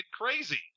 crazy